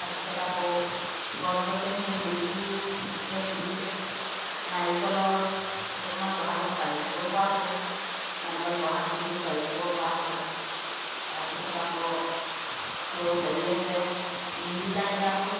তাৰপিছত আকৌ গছ গছনি এতিয়া লিচু এতিয়া ফুলিছে নাৰিকলৰ কেইটামান বহাগত পাৰি খাবই পৰা হ'ব নাৰিকল বহাগ বিহুত পাৰি খাব পৰা হ'ব তাৰপিছত আকৌ এইটো হেৰি আছে মিৰিকা টেঙাটো